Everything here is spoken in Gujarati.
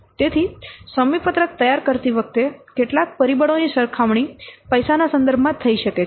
તેથી સમયપત્રક તૈયાર કરતી વખતે કેટલાક પરિબળોની સરખામણી પૈસાના સંદર્ભમાં થઈ શકે છે